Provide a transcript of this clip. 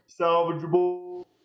salvageable